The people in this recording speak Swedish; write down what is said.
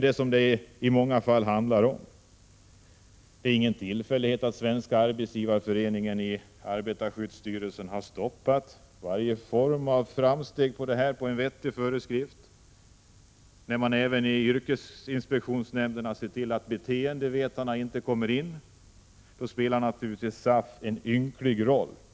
Det är ingen tillfällighet att Svenska Arbetsgivareföreningen i arbetarskyddsstyrelsen har stoppat varje form av framsteg när det gäller att få vettiga föreskrifter. SAF som ser till att beteendevetarna inte får komma in i yrkesinspektionsnämnderna spelar en ynklig roll.